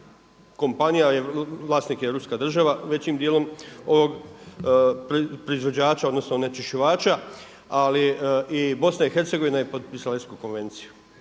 kompanija, vlasnik je europska država, većim dijelom ovog proizvođača, odnosno onečišćivača ali i Bosna i Hercegovina je popisala …/Govornik